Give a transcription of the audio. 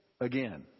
again